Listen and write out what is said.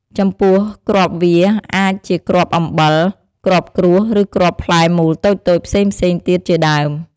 ចំពោះ គ្រាប់វាអាចជាគ្រាប់អំពិល គ្រាប់គ្រួស ឬគ្រាប់ផ្លែមូលតូចៗផ្សេងៗទៀតជាដើម។